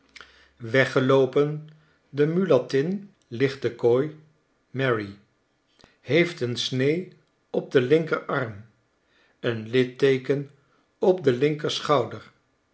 weggeloopen de mulattin lichtekooi mary heeft een snee op den linkerarm een litteeken op den linkerschouder